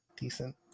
decent